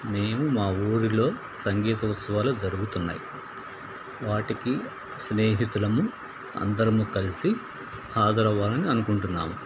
మేము మా ఊరిలో సంగీత ఉత్సవాలు జరుగుతున్నాయి వాటికి స్నేహితులము అందరము కలిసి హజరవ్వాలని అనుకుంటున్నాము